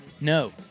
No